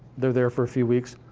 they're there for a few weeks.